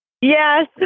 Yes